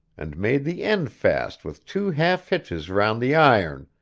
and made the end fast with two half-hitches round the iron,